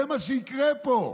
זה מה שיקרה פה.